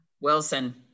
Wilson